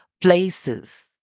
places